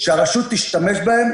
שהרשות תשתמש בהם,